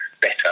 better